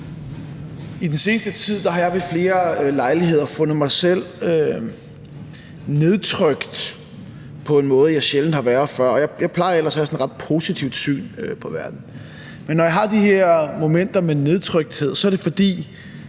I den seneste tid har jeg ved flere lejligheder fundet mig selv nedtrykt på en måde, som jeg sjældent har været før. Jeg plejer ellers at have sådan et ret positivt syn på verden. Men når jeg har de her momenter med nedtrykthed, er det, fordi